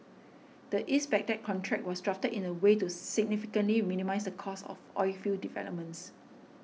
the East Baghdad contract was drafted in a way to significantly minimise the cost of oilfield developments